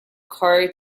car